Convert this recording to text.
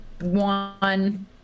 one